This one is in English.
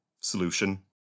solution